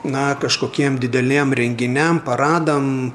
na kažkokiem dideliem renginiam paradam